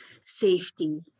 safety